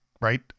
right